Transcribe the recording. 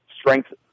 strength